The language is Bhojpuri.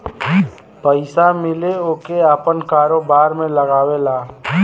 पइसा मिले ओके आपन कारोबार में लगावेला